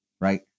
right